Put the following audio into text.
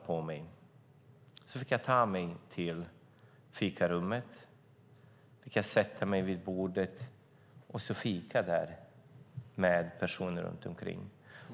Sedan fick jag ta mig till fikarummet, sätta mig vid bordet och fika med personer runt omkring.